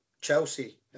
Chelsea